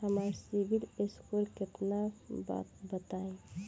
हमार CIBIL score केतना बा बताईं?